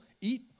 eat